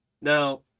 Now